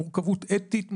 מורכבות אתית,